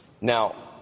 Now